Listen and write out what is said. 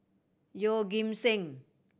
Yeoh Ghim Seng